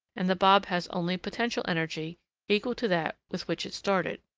and the bob has only potential energy equal to that with which it started.